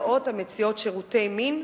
מודעות המציעות שירותי מין,